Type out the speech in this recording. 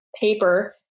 paper